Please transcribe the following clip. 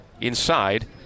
inside